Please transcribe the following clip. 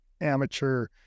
amateur